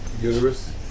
Uterus